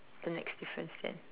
the next difference then